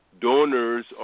donors